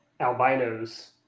albinos